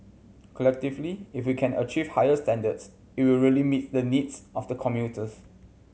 collectively if we can achieve higher standards it will really meet the needs of the commuters